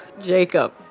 Jacob